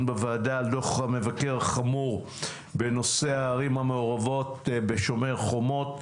בוועדה על דוח המבקר החמור בנושא הערים המעורבות ב"שומר חומות".